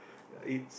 it's